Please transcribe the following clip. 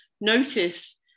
notice